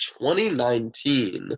2019